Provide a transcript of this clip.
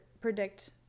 predict